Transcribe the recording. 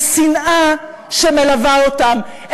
עם שנאה שמלווה אותם.